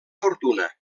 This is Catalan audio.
fortuna